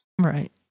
Right